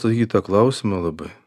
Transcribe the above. atsakyt į tą klausimą labai